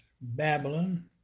Babylon